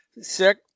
sick